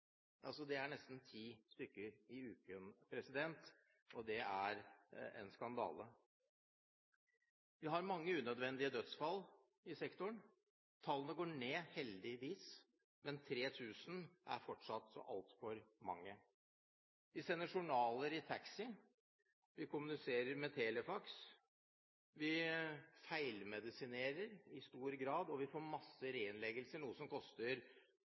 Det er nesten 10 stykker i uken, og det er en skandale. Vi har mange unødvendige dødsfall i sektoren. Tallene går ned, heldigvis, men 3 000 er fortsatt altfor mange. Vi sender journaler i taxi, vi kommuniserer med telefaks, vi feilmedisinerer i stor grad, og vi får masse reinnleggelser, noe som koster